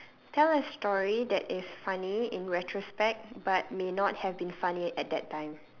tell a story that is funny in retrospect but may not have been funny at that time